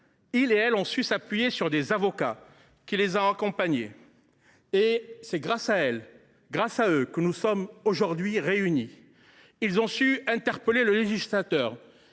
Ils et elles ont pu bénéficier des conseils des avocats qui les ont accompagnés. Et c’est grâce à elles, grâce à eux, que nous sommes aujourd’hui réunis. Ils ont su interpeller et éclairer